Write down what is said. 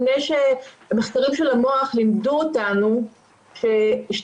לפני שהמחקרים של המוח לימדו אותנו ששתייה